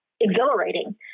exhilarating